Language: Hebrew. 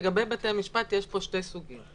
לגבי בתי המשפט יש פה שתי סוגיות: